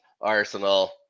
Arsenal